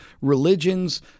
religions